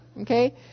Okay